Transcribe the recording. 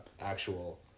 actual